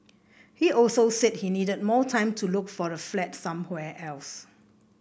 he also said he needed more time to look for a flat somewhere else